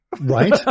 right